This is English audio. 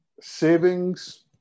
savings